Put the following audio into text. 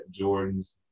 Jordans